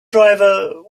driver